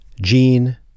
Gene